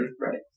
Right